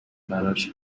براش